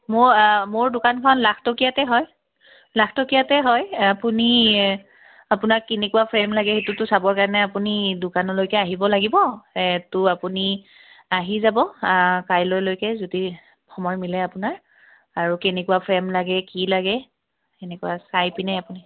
মোৰ মোৰ দোকানখন লাখটকীয়াতে হয় লাখটকীয়াতে হয় আপুনি আপোনাক কেনেকুৱা ফ্ৰেম লাগে সেইটোতো চাবৰ কাৰণে আপুনি দোকানলৈকে আহিব লাগিবটো তো আপুনি আহি যাব কাইলৈলৈকে যদি সময় মিলে আপোনাৰ আৰু কেনেকুৱা ফ্ৰেম লাগে কি লাগে সেনেকুৱা চাই পিনে আপুনি